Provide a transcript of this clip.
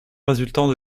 résultant